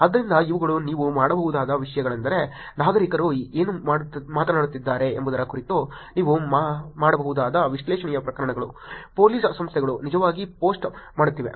ಆದ್ದರಿಂದ ಇವುಗಳು ನೀವು ಮಾಡಬಹುದಾದ ವಿಷಯಗಳೆಂದರೆ ನಾಗರಿಕರು ಏನು ಮಾತನಾಡುತ್ತಿದ್ದಾರೆ ಎಂಬುದರ ಕುರಿತು ನೀವು ಮಾಡಬಹುದಾದ ವಿಶ್ಲೇಷಣೆಯ ಪ್ರಕಾರಗಳು ಪೊಲೀಸ್ ಸಂಸ್ಥೆಗಳು ನಿಜವಾಗಿ ಪೋಸ್ಟ್ ಮಾಡುತ್ತಿವೆ